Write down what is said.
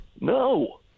No